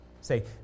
say